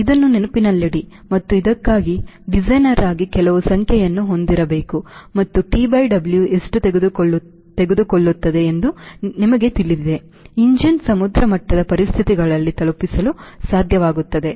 ಇದನ್ನು ನೆನಪಿನಲ್ಲಿಡಿ ಮತ್ತು ಇದಕ್ಕಾಗಿ ಡಿಸೈನರ್ ಆಗಿ ಕೆಲವು ಸಂಖ್ಯೆಯನ್ನು ಹೊಂದಿರಬೇಕು ಮತ್ತು ಟಿ ಡಬ್ಲ್ಯೂ ಎಷ್ಟು ತೆಗೆದುಕೊಳ್ಳುತ್ತದೆ ಎಂದು ನಿಮಗೆ ತಿಳಿದಿದೆ ಎಂಜಿನ್ ಸಮುದ್ರ ಮಟ್ಟದ ಪರಿಸ್ಥಿತಿಗಳಲ್ಲಿ ತಲುಪಿಸಲು ಸಾಧ್ಯವಾಗುತ್ತದೆ